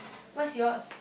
what's yours